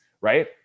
right